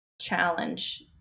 challenge